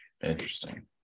interesting